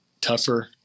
tougher